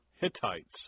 Hittites